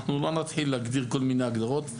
אנחנו לא נתחיל להגדיר כל מיני הגדרות.